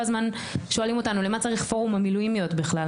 כל הזמן שואלים אותנו למה צריך פורום המילואימיות בכלל?